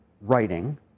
writing